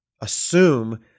assume